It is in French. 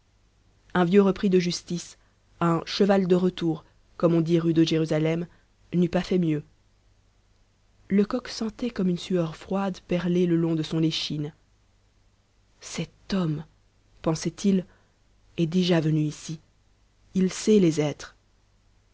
un vieux repris de justice un cheval de retour comme on dit rue de jérusalem n'eût pas fait mieux lecoq sentait comme une sueur froide perler le long de son échine cet homme pensait-il est déjà venu ici il sait les êtres